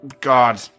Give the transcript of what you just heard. God